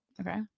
Okay